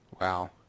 Wow